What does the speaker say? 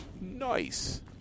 Nice